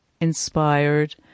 inspired